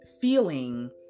feeling